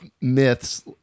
myths